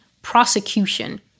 prosecution